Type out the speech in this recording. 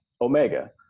omega